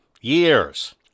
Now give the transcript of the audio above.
years